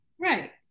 Right